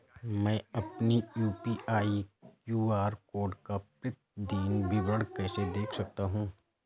मैं अपनी UPI QR code का प्रतीदीन विवरण कैसे देख सकता हूँ?